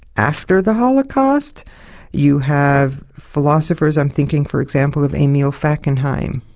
after the holocaust you have philosophers i'm thinking for example of emil fackenheim,